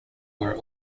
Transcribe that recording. were